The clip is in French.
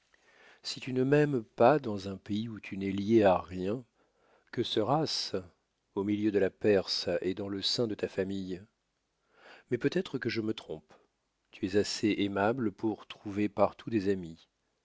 si tu ne m'aimes pas dans un pays où tu n'es lié à rien que sera-ce au milieu de la perse et dans le sein de ta famille mais peut-être que je me trompe tu es assez aimable pour trouver partout des amis